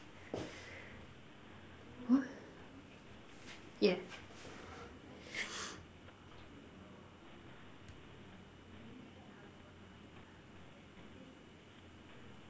what yeah